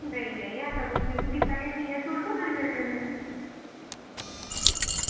नेईं नेईं ऐसा कुछ गै निं ऐ तू झूठ बोल्ला करनी मेरे कन्नै